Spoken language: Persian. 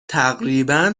تقریبا